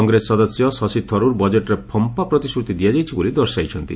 କଂଗ୍ରେସ ସଦସ୍ୟ ଶଶି ଥରୁର୍ ବଜେଟ୍ରେ ଫମ୍ପା ପ୍ରତିଶ୍ରତି ଦିଆଯାଇଛି ବୋଲି ଦର୍ଶାଇଛନ୍ତି